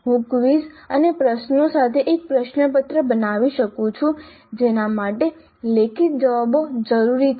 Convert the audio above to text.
હું ક્વિઝ અને પ્રશ્નો સાથે એક પ્રશ્નપત્ર બનાવી શકું છું જેના માટે લેખિત જવાબો જરૂરી છે